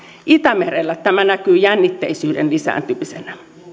itämerellä tämä näkyy jännitteisyyden lisääntymisenä